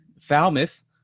Falmouth